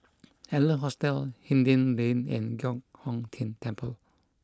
Adler Hostel Hindhede Lane and Giok Hong Tian Temple